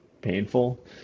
painful